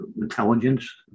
intelligence